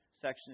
section